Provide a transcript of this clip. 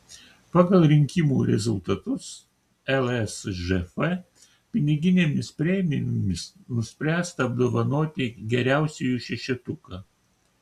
pagal rinkimų rezultatus lsžf piniginėmis premijomis nuspręsta apdovanoti geriausiųjų šešetuką